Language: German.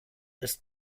ist